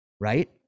right